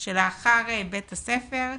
שלאחר בית הספר,